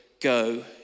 go